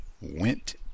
went